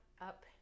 up